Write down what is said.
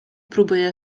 próbuje